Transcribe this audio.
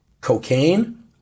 Cocaine